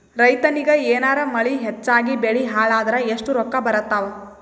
ರೈತನಿಗ ಏನಾರ ಮಳಿ ಹೆಚ್ಚಾಗಿಬೆಳಿ ಹಾಳಾದರ ಎಷ್ಟುರೊಕ್ಕಾ ಬರತ್ತಾವ?